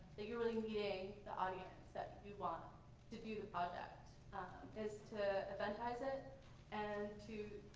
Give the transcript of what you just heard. that you're really meeting the audience that you want to do the project is to eventize it and to